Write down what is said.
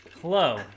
Hello